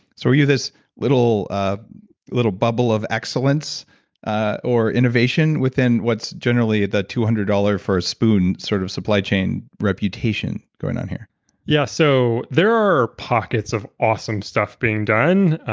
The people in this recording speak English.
so you have this little ah little bubble of excellence ah or innovation within what's generally the two hundred dollars for a spoon sort of supply chain reputation going on here yeah, so there are pockets of awesome stuff being done.